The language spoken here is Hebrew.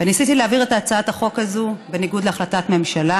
וניסיתי להעביר את הצעת החוק הזו בניגוד להחלטת ממשלה.